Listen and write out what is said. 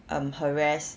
um harass